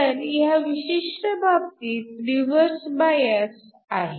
तर ह्या विशिष्ट बाबतीत रिव्हर्स बायस आहे